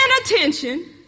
attention